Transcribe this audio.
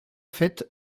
faite